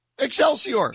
Excelsior